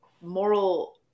moral